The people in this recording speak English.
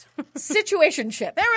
situationship